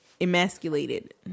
emasculated